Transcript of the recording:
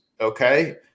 Okay